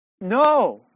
No